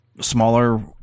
smaller